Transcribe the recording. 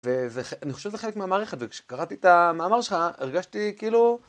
ואני חושב שזה חלק מהמערכת, וכשקראתי את המאמר שלך, הרגשתי כאילו...